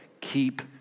Keep